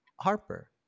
Harper